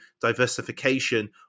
diversification